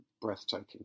breathtaking